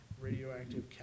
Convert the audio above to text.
radioactive